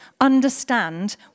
understand